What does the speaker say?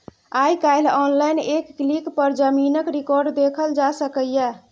आइ काल्हि आनलाइन एक क्लिक पर जमीनक रिकॉर्ड देखल जा सकैए